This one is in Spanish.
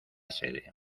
sede